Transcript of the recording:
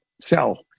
sell